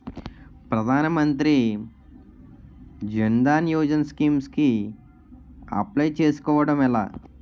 ప్రధాన మంత్రి జన్ ధన్ యోజన స్కీమ్స్ కి అప్లయ్ చేసుకోవడం ఎలా?